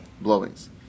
blowings